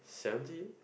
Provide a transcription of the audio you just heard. <S<